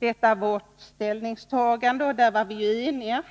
Detta vårt ställningstagande — och där var vi eniga